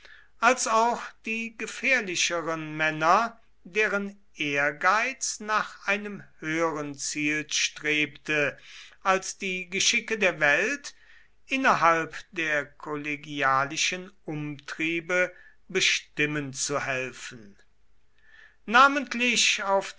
als auch die gefährlicheren männer deren ehrgeiz nach einem höheren ziel strebte als die geschicke der welt innerhalb der kollegialischen umtriebe bestimmen zu helfen namentlich auf